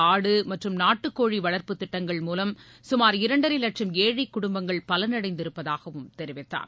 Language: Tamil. ஆடு மற்றும் நாட்டுக் கோழி வளர்ப்பு திட்டங்கள் மூலம் சுமார் இரண்டரை லட்சம் ஏழை குடும்பங்கள் பலன் அடைந்திருப்பதாகவும் தெரிவித்தார்